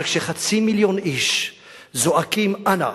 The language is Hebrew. אבל כשחצי מיליון איש זועקים: אנא